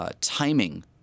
timing